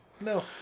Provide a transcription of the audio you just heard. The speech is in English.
No